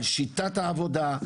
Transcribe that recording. על שיטת העבודה,